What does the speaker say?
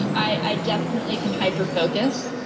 i definitely can hyper-focus.